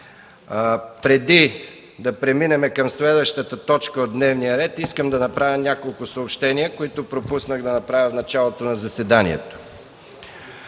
Преди да преминем към следващата точка от дневния ред искам да направя няколко съобщения, които пропуснах да направя в началото на заседанието: